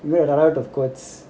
tough quotes